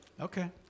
Okay